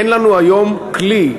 אין לנו היום כלי,